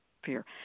fear